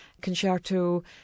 concerto